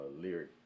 lyric